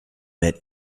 met